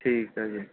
ਠੀਕ ਹੈ ਜੀ